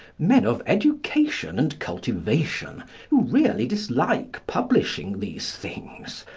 men of education and cultivation really dislike publishing these things,